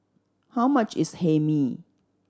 how much is Hae Mee